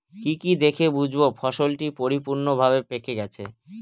কি কি দেখে বুঝব ফসলটি পরিপূর্ণভাবে পেকে গেছে?